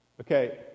okay